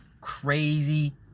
crazy